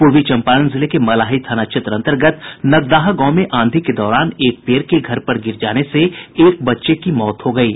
पूर्वी चम्पारण जिले के मलाही थाना क्षेत्र अन्तर्गत नगदाहा गांव में आंधी के दौरान एक पेड़ के घर पर गिर जाने से एक बच्चे की मौत हो गयी